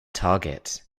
target